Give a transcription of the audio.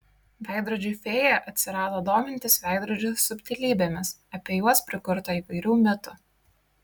veidrodžių fėja atsirado domintis veidrodžių subtilybėmis apie juos prikurta įvairių mitų